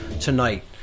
tonight